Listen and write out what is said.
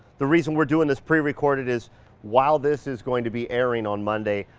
the reason we're doing this pre-recorded is while this is going to be airing on monday,